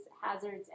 hazards